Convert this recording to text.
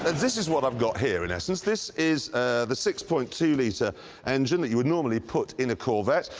and this is what i've got here in essence. this is the six point two liter engine that you would normally put in a corvette.